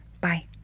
Bye